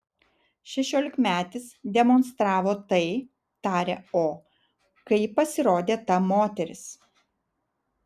šešiolikmetis demonstravo tai tarė o kai pasirodė ta moteris